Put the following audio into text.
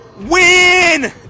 win